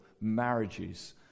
marriages